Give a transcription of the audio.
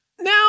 Now